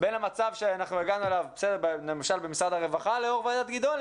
בין המצב שאנחנו הגענו אליו למשל במשרד הרווחה לאור ועדת גדעון,